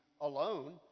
alone